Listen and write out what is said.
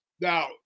Now